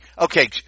Okay